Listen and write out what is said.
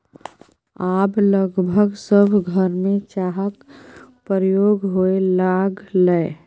आब लगभग सभ घरमे चाहक प्रयोग होए लागलै